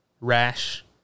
rash